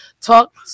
talk